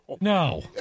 no